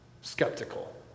skeptical